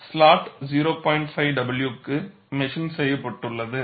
45 w க்கு machine செய்யப்பட்டுள்ளது